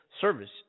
Service